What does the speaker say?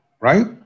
right